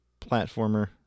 platformer